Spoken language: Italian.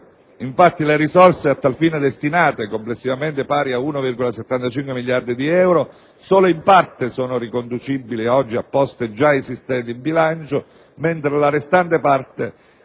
Infatti, le risorse a tal fine destinate, complessivamente pari a 1,75 miliardi di euro, solo in parte sono riconducibili a poste già esistenti in bilancio mentre per la restante parte